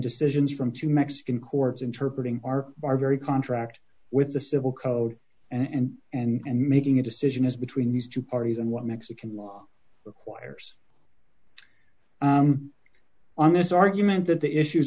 decisions from two mexican courts interpret our bar very contract with the civil code and and making a decision as between these two parties and what mexican law requires on this argument that the issues